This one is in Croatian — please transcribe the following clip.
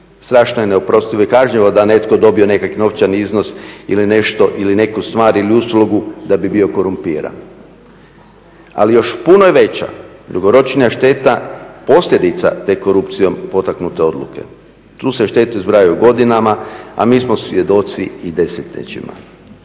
Strašno je neoprostivo i kažnjivo da je netko dobio nekakav novčani iznos ili nešto ili neku stvar i uslugu da bi bio korumpiran. Ali još puno je veća dugoročnija šteta posljedica te korupcijom potaknute odluke. Tu se štete zbrajaju godinama, a mi smo svjedoci i desetljećima.